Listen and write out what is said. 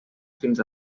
fins